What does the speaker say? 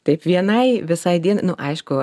taip vienai visai dienai nu aišku